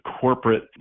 corporate